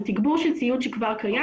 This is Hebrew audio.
זה תגבור של ציוד שכבר קיים.